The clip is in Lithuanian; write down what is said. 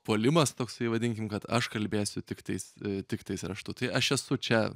puolimas toksai vadinkim kad aš kalbėsiu tik tais tiktais raštu tai aš esu čia